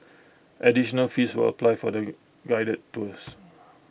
additional fees will apply for the guided tours